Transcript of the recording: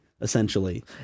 essentially